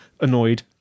annoyed